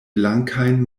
blankajn